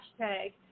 hashtag